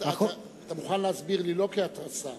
אתה מוכן להסביר לי, לא כהתרסה,